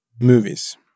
Movies